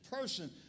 person